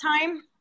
time